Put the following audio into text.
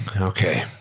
okay